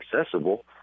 accessible